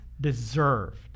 deserved